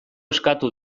eskatu